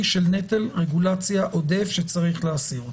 של נטל רגולציה עודף שצריך להסיר אותו.